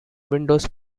windows